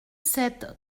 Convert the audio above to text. sept